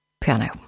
Piano